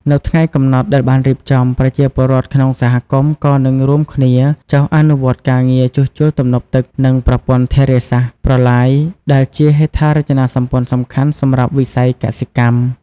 នៅថ្ងៃកំណត់ដែលបានរៀបចំ ប្រជាពលរដ្ឋក្នុងសហគមន៍ក៏នឹងរួមគ្នាចុះអនុវត្តការងារជួសជុលទំនប់ទឹក និងប្រព័ន្ធធារាសាស្ត្រ ប្រឡាយ ដែលជាហេដ្ឋារចនាសម្ព័ន្ធសំខាន់សម្រាប់វិស័យកសិកម្ម។